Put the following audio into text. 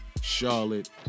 Charlotte